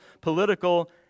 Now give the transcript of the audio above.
political